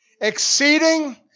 Exceeding